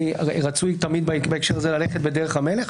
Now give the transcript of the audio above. כי רצוי תמיד בהקשר הזה ללכת בדרך המלך.